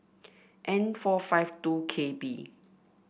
N four five two K B